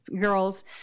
girls